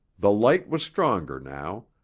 the light was stronger now,